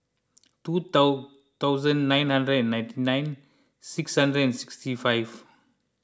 two thousand ninety nine six hundred and sixty five